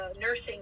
nursing